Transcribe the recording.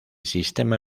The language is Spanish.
sistema